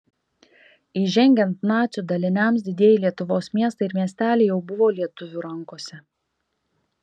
įžengiant nacių daliniams didieji lietuvos miestai ir miesteliai jau buvo lietuvių rankose